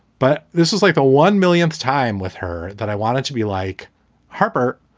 but this is like the one millionth time with her that i wanted to be like harper.